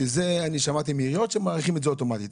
שזה אני שמעתי מעיריות שמאריכים את זה אוטומטית.